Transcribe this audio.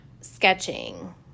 sketching